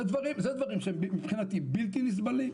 אלה דברים שמבחינתי הם בלתי נסבלים,